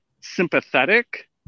sympathetic